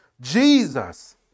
Jesus